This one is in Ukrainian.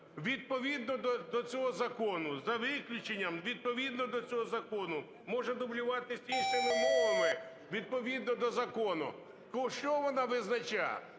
відповідно до цього закону, за виключенням відповідно до цього закону може дублюватися іншими мовами відповідно до закону? Що вона визначає?